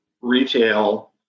retail